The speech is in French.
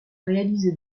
réalisé